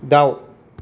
दाउ